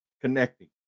connecting